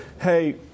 hey